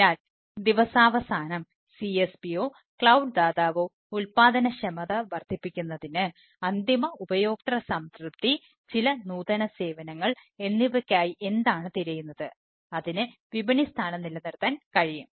അതിനാൽ ദിവസാവസാനം CSPയോ ക്ലൌഡ് ദാതാവോ ഉൽപാദനക്ഷമത വർദ്ധിപ്പിക്കുന്നതിന് അന്തിമ ഉപയോക്തൃ സംതൃപ്തി ചില നൂതന സേവനങ്ങൾ എന്നിവയ്ക്കായി എന്താണ് തിരയുന്നത് അതിന് വിപണി സ്ഥാനം നിലനിർത്താൻ കഴിയും